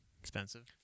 Expensive